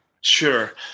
Sure